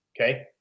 okay